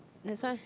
that's why